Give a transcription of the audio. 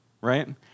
right